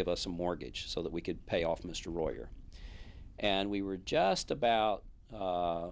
give us a mortgage so that we could pay off mr royer and we were just about